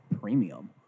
Premium